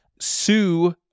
Sue